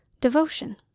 Devotion